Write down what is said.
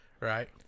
Right